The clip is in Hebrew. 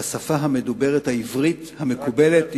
בשפה המדוברת העברית המקובלת,